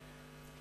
טיבי,